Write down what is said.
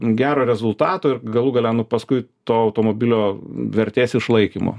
gero rezultato ir galų gale nu paskui to automobilio vertės išlaikymo